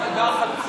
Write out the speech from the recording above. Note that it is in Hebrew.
מה החלופות?